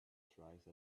twice